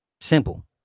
Simple